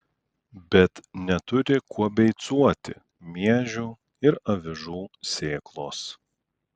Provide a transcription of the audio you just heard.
bet neturi kuo beicuoti miežių ir avižų sėklos